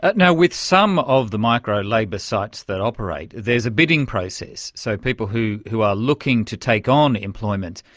and with some of the micro-labour sites that operate there's a bidding process. so people who who are looking to take on employment,